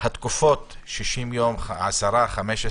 התקופות 60 יום, 10, 15